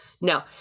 No